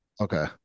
Okay